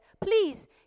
please